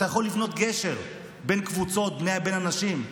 אתה יכול לבנות גשר בין קבוצות, בין אנשים.